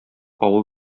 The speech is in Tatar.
авыл